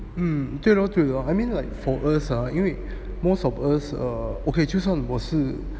mm okay lor 对 lor for us 因为 most of us ah okay 就算我是